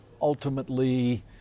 ultimately